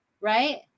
Right